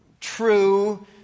true